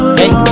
hey